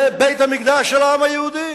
זה בית-המקדש של העם היהודי.